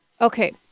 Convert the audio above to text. Okay